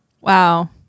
Wow